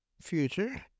Future